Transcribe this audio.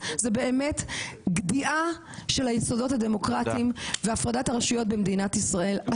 זאת באמת פגיעה של היסודות הדמוקרטיים והפרדת הרשויות במדינת ישראל.